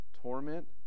torment